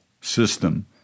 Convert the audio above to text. system